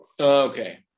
Okay